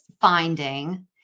finding